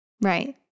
Right